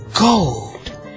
gold